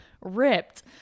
ripped